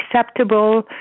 acceptable